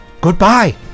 goodbye